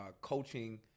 coaching